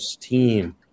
team